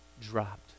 dropped